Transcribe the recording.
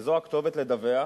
וזו הכתובת לדווח